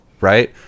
Right